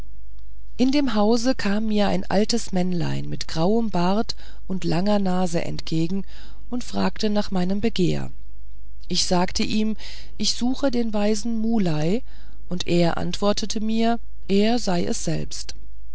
in dem hause kam mir ein altes männlein mit grauem bart und langer nase entgegen und fragte nach meinem begehr ich sagte ihm ich suche den weisen muley und er antwortete mir er seie es selbst